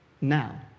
now